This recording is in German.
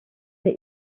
der